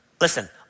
Listen